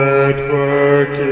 Network